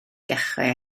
dechrau